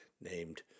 named